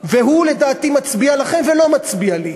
והוא לדעתי מצביע לכם ולא מצביע לי.